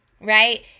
right